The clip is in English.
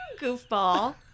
goofball